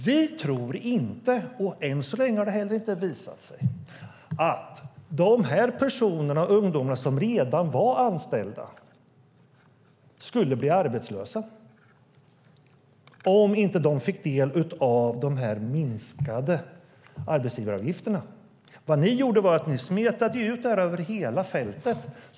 Vi tror inte, och än så länge har det inte heller visat sig vara så, att de ungdomar som redan är anställda skulle bli arbetslösa om de inte fick del av de minskade arbetsgivaravgifterna. Vad ni gjorde var att ni smetade ut det här över hela fältet.